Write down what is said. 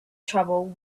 trouble